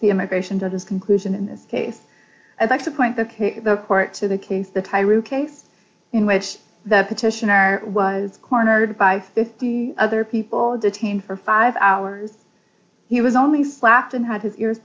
the immigration to this conclusion in this case i'd like to point the court to the case the case in which the petitioner was cornered by fifty other people detained for five hours he was only slapped and had his ears